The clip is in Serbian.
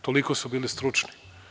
Toliko su bili stručni.